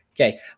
Okay